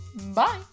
Bye